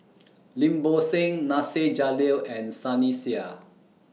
Lim Bo Seng Nasir Jalil and Sunny Sia